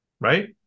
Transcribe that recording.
right